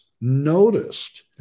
noticed